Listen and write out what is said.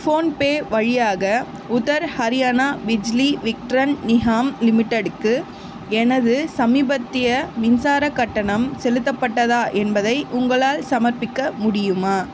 PhonePe வழியாக உத்தர் ஹரியானா பிஜ்லி விட்ரன் நிகாம் லிமிட்டெடுக்கு எனது சமீபத்திய மின்சாரக் கட்டணம் செலுத்தப்பட்டதா என்பதை உங்களால் சமர்ப்பிக்க முடியுமா